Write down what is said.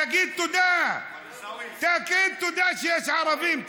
תגיד תודה שיש ערבים.